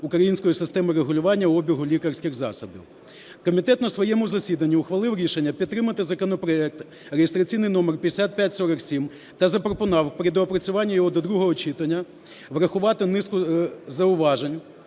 української системи регулювання обігу лікарських засобів. Комітет на своєму засіданні ухвалив рішення підтримати законопроект (реєстраційний номер 5547) та запропонував при доопрацюванні його до другого читання врахувати низку зауважень,